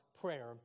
prayer